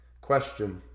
question